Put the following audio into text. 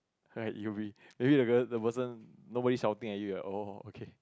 right it will be really a person nobody shouting at you oh okay